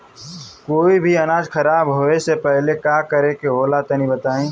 कोई भी अनाज खराब होए से पहले का करेके होला तनी बताई?